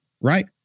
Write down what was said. right